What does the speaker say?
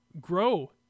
grow